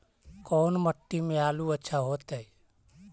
कोन मट्टी में आलु अच्छा होतै?